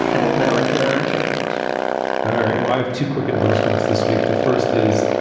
and we'll put a link to it on our show page all right. why of two quick endorsements this week. the first is,